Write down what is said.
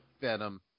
Venom